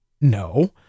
No